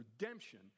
redemption